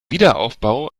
wiederaufbau